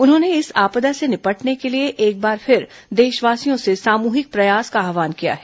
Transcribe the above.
उन्होंने इस आपदा से निपटने के लिए एक बार फिर देशवासियों से सामूहिक प्रयास का आव्हान किया है